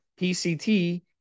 PCT